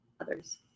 others